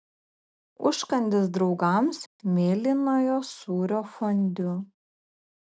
užkandis draugams mėlynojo sūrio fondiu